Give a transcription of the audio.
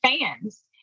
fans